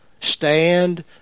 Stand